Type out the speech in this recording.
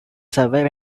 survive